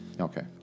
Okay